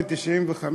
ב-1995